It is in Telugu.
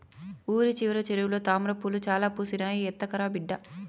ఊరి చివర చెరువులో తామ్రపూలు చాలా పూసినాయి, ఎత్తకరా బిడ్డా